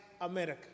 America